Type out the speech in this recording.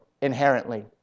inherently